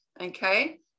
Okay